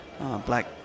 black